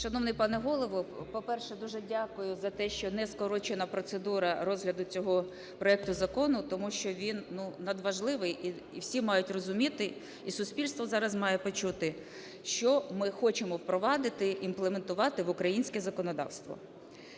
Шановний пане Голово! По-перше, дуже дякую за те, що не скорочена процедура розгляду цього проекту закону, тому що він надважливий і всі мають зрозуміти і суспільство зараз має почути, що ми хочемо впровадити, імплементувати в українське законодавство.